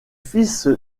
fils